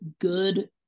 good